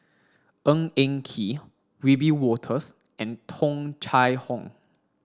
Ng Eng Kee Wiebe Wolters and Tung Chye Hong